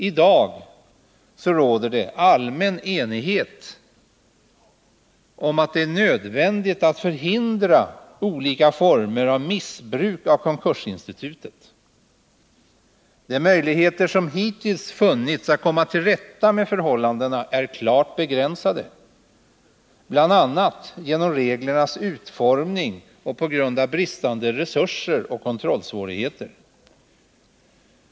I dag råder det allmän enighet om att det är nödvändigt att förhindra olika former av missbruk av konkursinstitutet. De möjligheter som hittills har funnits att komma till rätta med förhållandena är klart begränsade bl.a. genom reglernas utformning och på grund av bristande resurser och kontrollsvårigheter.